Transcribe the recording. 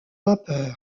vapeur